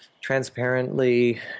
transparently